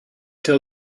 till